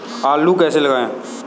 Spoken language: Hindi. आलू कैसे लगाएँ?